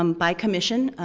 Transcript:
um by commission,